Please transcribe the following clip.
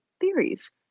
theories